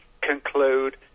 conclude